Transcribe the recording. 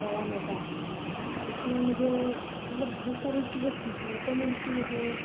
बड़ा मज़ा आता है इसमें मुझे मतलब बहुत सारी चीज़ें सीखने को मिलती हैं